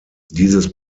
dieses